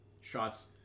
shots